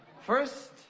First